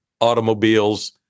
automobiles